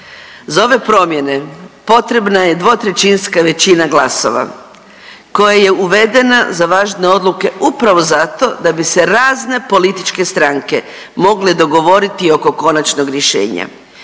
za ove promjene potrebna je dvotrećinska većina glasova koja je uvedena za važne odluke upravo zato da bi se razne političke stranke mogle dogovoriti oko konačnog rješenja.